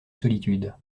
solitude